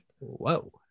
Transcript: Whoa